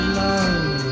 love